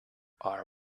our